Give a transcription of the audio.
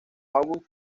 august